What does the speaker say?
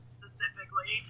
specifically